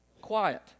Quiet